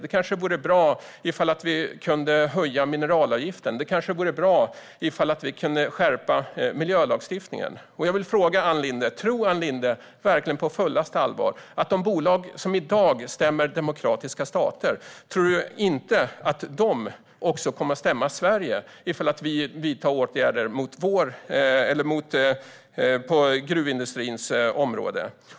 Det kanske vore bra om vi kunde höja mineralavgiften. Det kanske vore bra om vi kunde skärpa miljölagstiftningen. Jag vill fråga Ann Linde om hon på fullaste allvar tror att de bolag som i dag stämmer demokratiska stater inte också kommer att stämma Sverige om vi vidtar åtgärder på gruvindustrins område.